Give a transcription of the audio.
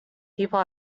people